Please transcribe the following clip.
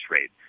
rate